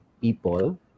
people